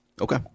Okay